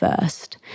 first